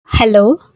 Hello